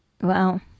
wow